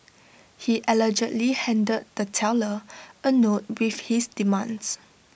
he allegedly handed the teller A note with his demands